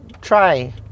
try